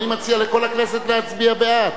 אני מציע לכל הכנסת להצביע בעד,